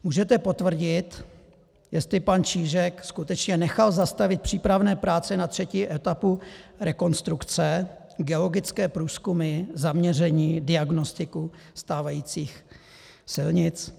Můžete potvrdit, jestli pan Čížek skutečně nechal zastavit přípravné práce na třetí etapu rekonstrukce, geologické průzkumy, zaměření, diagnostiku stávajících silnic?